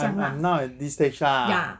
I'm I'm now at this stage lah